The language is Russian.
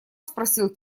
спросил